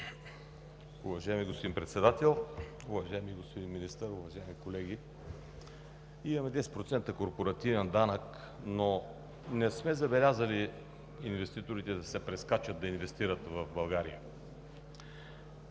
Уважаеми господин Председател, уважаеми господин Министър, уважаеми колеги! Имаме 10% корпоративен данък, но не сме забелязали инвеститорите да се прескачат да инвестират в България.